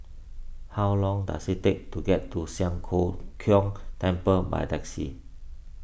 how long does it take to get to Siang Cho Keong Temple by taxi